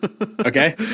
Okay